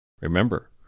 Remember